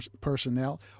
personnel